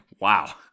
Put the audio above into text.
Wow